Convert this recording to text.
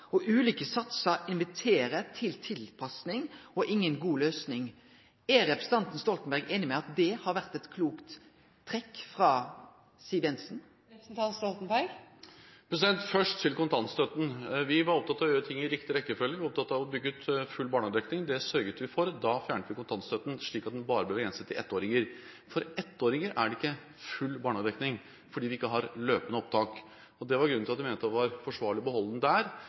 privatpersonar. Ulike satsar inviterer til tilpassing og er inga god løysing. Er representanten Stoltenberg einig med meg i at det har vore eit klokt trekk frå Siv Jensen? Først til kontantstøtten: Vi var opptatt av å gjøre ting i riktig rekkefølge. Vi var opptatt av å bygge ut full barnehagedekning, og det sørget vi for. Da fjernet vi kontantstøtten, slik at den bare ble begrenset til ettåringer. For ettåringer er det ikke full barnehagedekning, fordi vi ikke har løpende opptak. Det var grunnen til at vi mente det var forsvarlig å beholde den der.